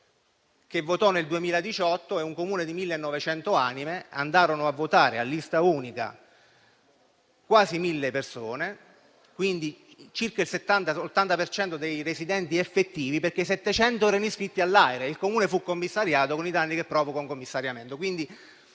che votò nel 2018. In questo Comune di 1.900 anime andarono a votare, su lista unica, quasi 1.000 persone, pari a circa il 70-80 per cento dei residenti effettivi, perché 700 erano iscritti all'AIRE, ma il Comune fu commissariato, con i danni che provoca un commissariamento.